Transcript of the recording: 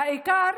העיקר